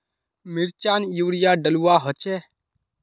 मिर्चान यूरिया डलुआ होचे?